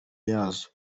yazo